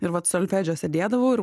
ir vat solfedžio sėdėdavau ir